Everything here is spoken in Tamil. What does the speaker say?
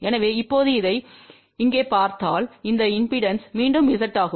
எனவே இப்போது இதை இங்கே பார்த்தால் இந்த இம்பெடன்ஸ் மீண்டும் Z ஆகும்